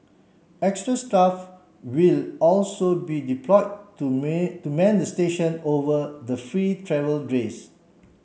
extra staff will also be deploy to to man the station over the free travel